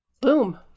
Boom